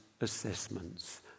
assessments